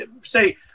say